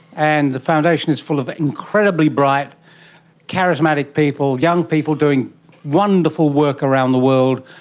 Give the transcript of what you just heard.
and the foundation is full of incredibly bright charismatic people, young people doing wonderful work around the world,